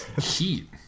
heat